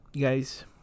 guys